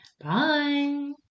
bye